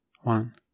One